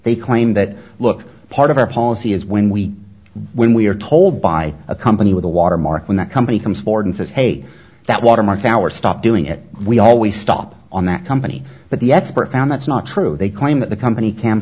they claim that look part of our policy is when we when we are told by a company with a watermark when the company comes forward and says hey that watermark our stop doing it we always stop on that company but the expert found that's not true they claim that the company can